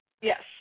Yes